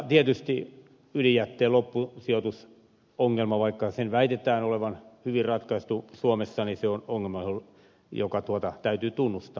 tietysti ydinjätteen loppusijoitusongelma vaikka sen väitetään olevan hyvin ratkaistu suomessa on ongelma joka täytyy tunnustaa